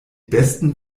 besten